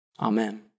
Amen